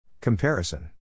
Comparison